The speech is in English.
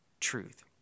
truth